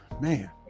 Man